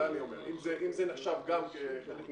האם זה נחשב גם?